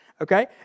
Okay